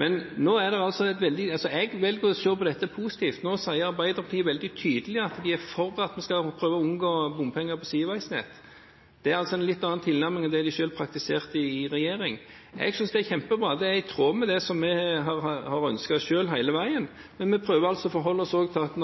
Men jeg velger å se på dette positivt. Nå sier Arbeiderpartiet veldig tydelig at de er for at vi skal prøve å unngå bompenger på sideveinett. Det er en litt annen tilnærming enn det de selv praktiserte i regjering. Jeg synes det er kjempebra, det er i tråd med det vi har ønsket selv hele veien. Men vi prøver også å forholde oss til at